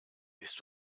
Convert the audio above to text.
bist